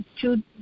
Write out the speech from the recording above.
two